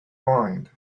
mind